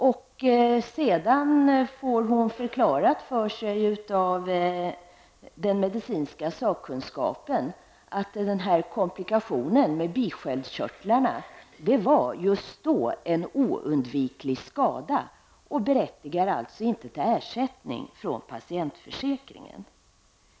Den patienten får förklarat för sig av den medicinska sakkunskapen att den här komplikationen med bisköldskörteln just då var en oundviklig skada som också inte berättigar till ersättning från patientförsäkringen.